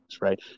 Right